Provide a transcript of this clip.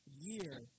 year